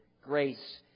grace